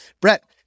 Brett